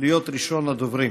להיות ראשון הדוברים.